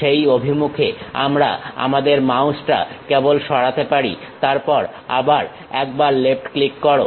সেই অভিমুখে আমরা আমাদের মাউসটা কেবলমাত্র সরাতে পারি তারপর আবার একবার লেফট ক্লিক করো